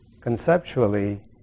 conceptually